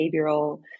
behavioral